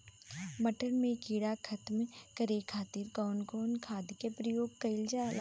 मटर में कीड़ा खत्म करे खातीर कउन कउन खाद के प्रयोग कईल जाला?